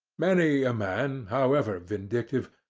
many a man, however vindictive,